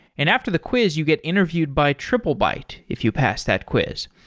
and after the quiz you get interviewed by triplebyte if you pass that quiz.